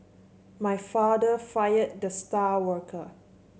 my father fired the star worker